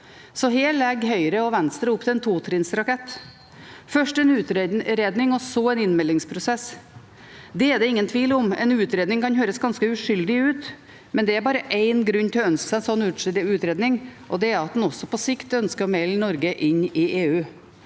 her legger Høyre og Venstre opp til en totrinnsrakett: først en utredning og så en innmeldingsprosess. Det er det ingen tvil om. En utredning kan høres ganske uskyldig ut, men det er bare én grunn til å ønske seg en slik utredning, og det er at en på sikt også ønsker å melde Norge inn i EU.